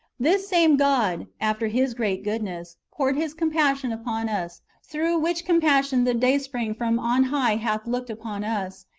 this same god, after his great goodness, poured his compassion upon us, through which compassion the dayspring from on high hath looked upon us,